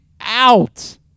out